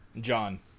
John